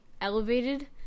elevated